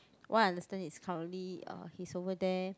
what I understand is currently uh he's over there